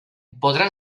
podran